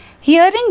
hearing